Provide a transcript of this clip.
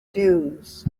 dunes